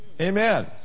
Amen